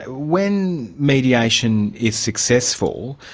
when mediation is successful,